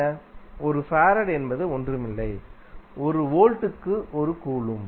1 farad என்பது ஒன்றும் இல்லை ஒரு வோல்ட் க்கு 1 கூலொம்ப்